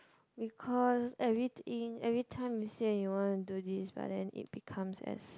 because every in every time you say you want to do this and then it becomes as